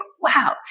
wow